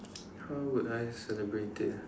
how would I celebrate it ah